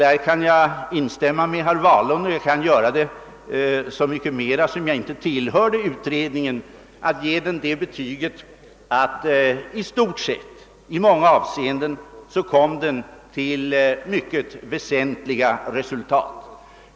Därvid kan jag instämma med herr Wahlund — jag kan göra detta så mycket lättare som jag inte tillhörde utred ningen — och ge den det betyget, att den i stort sett och i många avseenden kom till synnerligen väsentliga resultat.